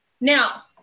Now